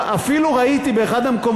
אפילו אם יעשו בקרב המצביעים,